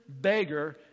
beggar